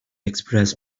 express